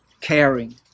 caring